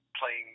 playing